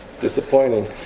disappointing